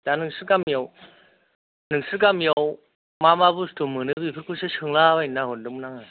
दा नोंसोर गामियाव नोंसोर गामियाव मा मा बुस्तु मोनो बेफोरखौसो सोंलाबायनो होनना हरदोंमोन आङो